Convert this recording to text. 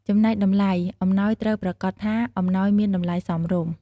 ចំណែកតម្លៃ អំណោយត្រូវប្រាកដថាអំណោយមានតម្លៃសមរម្យ។